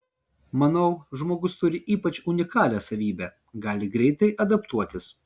manau žmogus turi ypač unikalią savybę gali greitai adaptuotis